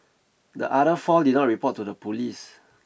the other four did not report to the police